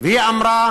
ואמרה